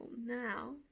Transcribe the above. now,